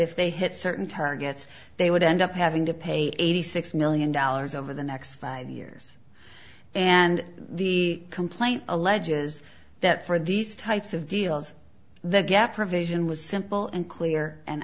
if they hit certain targets they would end up having to pay eighty six million dollars over the next five years and the complaint alleges that for these types of deals the gap provision was simple and clear and